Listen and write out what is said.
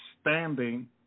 standing